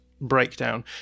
breakdown